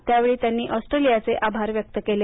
त्या वेळी त्यांनी ऑस्ट्रेलियाचे आभार व्यक्त केले